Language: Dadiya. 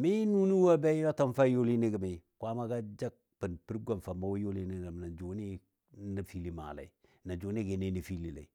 mɨ nunɨ wɔ a bɛ ywatəm fou a youlinɨ gəmi Kwaammaga jagbən pər gwam fou a mʊgɔ youlɨ nɨ gəm nən jʊnɨ nəfili maalei nə jʊni gə nə nəfili lɛi.